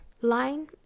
line